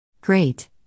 Great